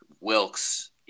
Wilkes